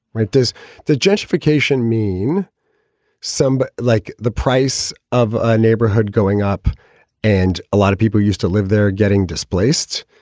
right. does that gentrification mean something but like the price of a neighborhood going up and a lot of people used to live there getting displaced?